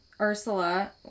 Ursula